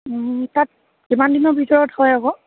তাত কিমান দিনৰ ভিতৰত হয় আকৌ